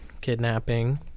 kidnapping